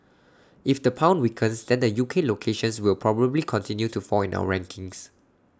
if the pound weakens then the U K locations will probably continue to fall in our rankings